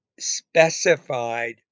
specified